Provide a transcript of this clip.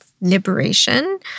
liberation